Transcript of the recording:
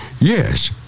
yes